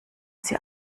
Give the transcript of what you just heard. sie